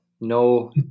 no